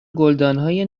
گلدانهای